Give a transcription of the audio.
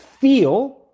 feel